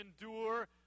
endure